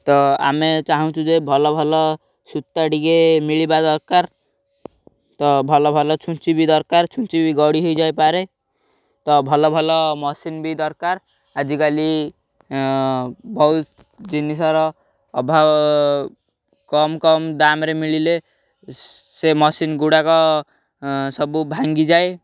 ତ ଆମେ ଚାହୁଁଛୁ ଯେ ଭଲ ଭଲ ସୂତା ଟିକେ ମିଳିବା ଦରକାର ତ ଭଲ ଭଲ ଛୁଞ୍ଚି ବି ଦରକାର ଛୁଞ୍ଚି ବି ଗଢ଼ି ହେଇଯାଇପାରେ ତ ଭଲ ଭଲ ମେସିନ୍ ବି ଦରକାର ଆଜିକାଲି ବହୁତ ଜିନିଷର ଅଭାବ କମ୍ କମ୍ ଦାମରେ ମିଳିଲେ ସେ ମେସିନ୍ ଗୁଡ଼ାକ ସବୁ ଭାଙ୍ଗି ଯାଏ